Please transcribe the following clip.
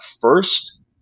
first